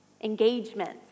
Engagements